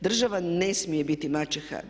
Država ne smije biti maćeha.